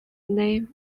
name